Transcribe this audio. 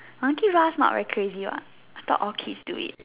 okay lah not very crazy what I thought all kids do it